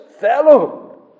fellow